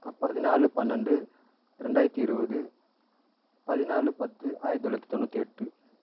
பதினாழு பன்னெண்டு ரெண்டாயிரத்தி இருபது பதினாழு பத்து ஆயிரத்தி தொள்ளாயிரத்தி தொண்ணூற்றி எட்டு